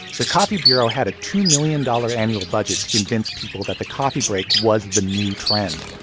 the coffee bureau had a two million dollars annual budget to convince people that the coffee break was the new trend.